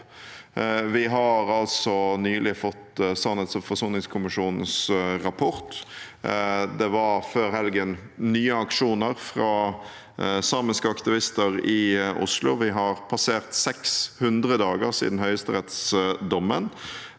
Vi har altså nylig fått sannhets- og forsoningskommisjonen rapport. Før helgen var det nye aksjoner fra samiske aktivister i Oslo. Vi har passert 600 dager siden høyesterettsdommen.